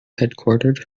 headquartered